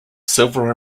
silver